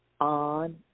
on